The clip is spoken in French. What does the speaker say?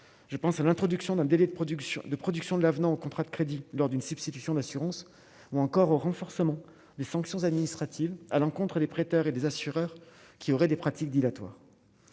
je pense à l'introduction d'un délai de production de production de l'avenant au contrat de crédit lors d'une substitution d'assurance ou encore au renforcement des sanctions administratives à l'encontre des prêteurs et des assureurs, qui aurait des pratiques dilatoires